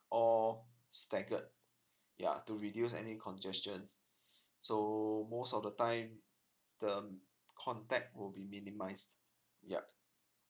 all staggered ya to reduce any congestion so most of the time the contact will be minimized yup